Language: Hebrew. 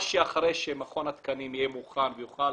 אחרי שמכון התקנים יהיה מוכן ויוכל